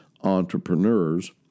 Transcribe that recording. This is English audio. entrepreneurs